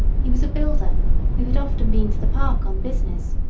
he was a builder who had often been to the park on business.